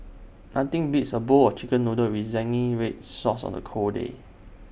nothing beats A bowl of Chicken Noodles with Zingy Red Sauce on A cold day